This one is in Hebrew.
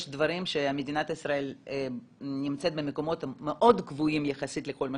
יש דברים שמדינת ישראל נמצאת במקומות מאוד גבוהים יחסית לכל מה